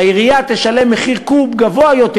העירייה תשלם מחיר קוב גבוה יותר,